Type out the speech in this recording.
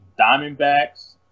Diamondbacks